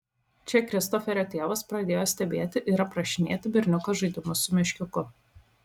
čia kristoferio tėvas pradėjo stebėti ir aprašinėti berniuko žaidimus su meškiuku